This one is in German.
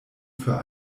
für